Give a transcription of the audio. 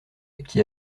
qui